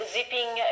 Zipping